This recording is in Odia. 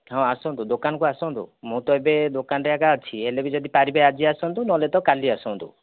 ହଁ ଆସନ୍ତୁ ଦୋକାନକୁ ଆସନ୍ତୁ ମୁଁ ତ ଏବେ ଦୋକାନରେ ଆଜ୍ଞା ଅଛି ହେଲେ ବି ଯଦି ପାରିବେ ଆଜି ଆସନ୍ତୁ ନହେଲେ ତ କାଲି ଆସନ୍ତୁ